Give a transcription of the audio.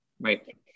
Right